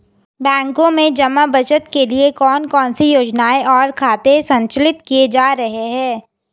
बैंकों में जमा बचत के लिए कौन कौन सी योजनाएं और खाते संचालित किए जा रहे हैं?